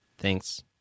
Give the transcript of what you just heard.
Thanks